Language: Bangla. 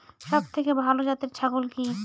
সবথেকে ভালো জাতের ছাগল কি?